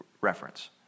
reference